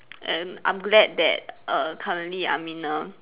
and I'm glad that err currently I'm in a